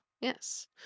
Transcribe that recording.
yes